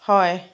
হয়